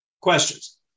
Questions